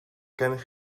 gennych